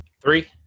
three